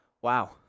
wow